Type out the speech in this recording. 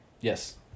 Yes